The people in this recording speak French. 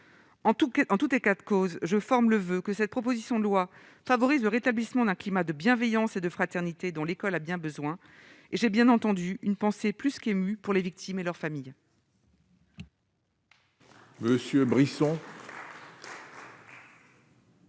en tout et 4 causes, je forme le voeu que cette proposition de loi favorise le rétablissement d'un climat de bienveillance et de fraternité, dont l'école a bien besoin et j'ai bien entendu une pensée plus qu'émue pour les victimes et leurs familles.